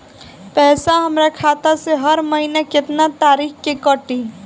पैसा हमरा खाता से हर महीना केतना तारीक के कटी?